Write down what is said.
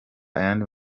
ayandi